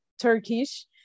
Turkish